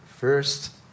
First